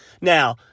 Now